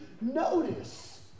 Notice